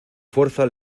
fuerza